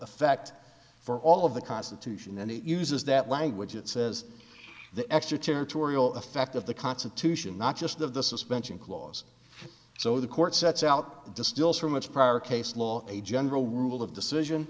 effect for all of the constitution and it uses that language it says the extraterritorial effect of the constitution not just of the suspension clause so the court sets out to distill so much prior case law a general rule of decision